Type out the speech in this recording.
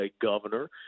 governor